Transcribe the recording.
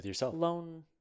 alone